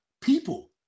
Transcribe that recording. people